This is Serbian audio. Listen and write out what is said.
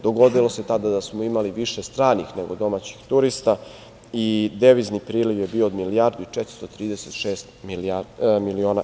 Dogodilo se tada da smo imali više stranih nego domaćih turista i devizni priliv je bio od 1.436.000.000 evra.